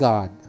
God